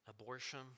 abortion